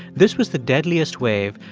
this was the deadliest wave.